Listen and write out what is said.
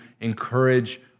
encourage